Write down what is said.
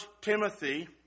Timothy